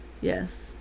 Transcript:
Yes